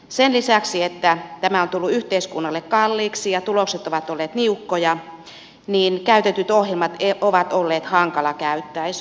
sen lisäksi että tämä on tullut yhteiskunnalle kalliiksi ja tulokset ovat olleet niukkoja käytetyt ohjelmat ovat olleet hankalakäyttöisiä